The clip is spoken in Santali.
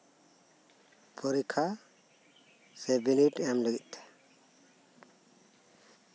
ᱯᱚᱨᱤᱠᱠᱷᱟ ᱥᱮ ᱵᱤᱱᱤᱰ ᱮᱢ ᱞᱟᱹᱜᱤᱫ ᱛᱮ